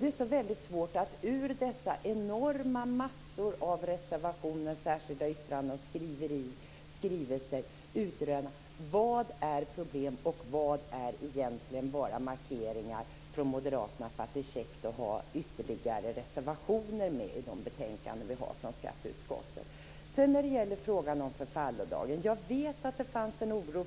Det är så väldigt svårt att ur dessa enorma massor av reservationer, särskilda yttranden och skrivelser utröna vad som är problem och vad som egentligen bara är markeringar från moderaterna för att det är käckt att ha med ytterligare reservationer i betänkandena från skatteutskottet. När det gäller frågan om förfallodagen vet jag att det fanns en oro